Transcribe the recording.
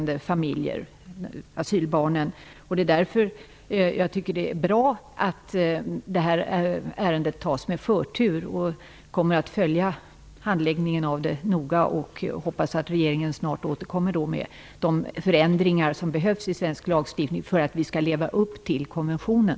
Därför tycker jag att det är bra att det här ärendet behandlas med förtur. Jag kommer att följa handläggningen noga, och jag hoppas att regeringen snart återkommer med förslag om de förändringar som behöver göras i svensk lagstiftning för att vi skall leva upp till konventionen.